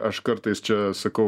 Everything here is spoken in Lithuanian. aš kartais čia sakau